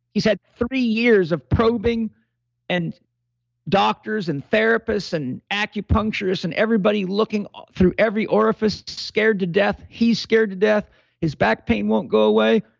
he said, three years of probing and doctors and therapists and acupuncturists, and everybody looking through every orifice, scared to death. he's scared to death his back pain won't go away.